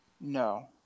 No